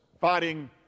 fighting